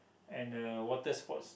and the water sports